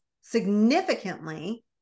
significantly